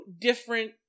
different